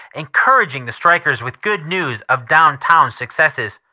encouraging the strikers with good news of downtown successes.